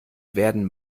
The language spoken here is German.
werden